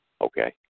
Okay